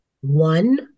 one